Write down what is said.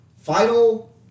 Final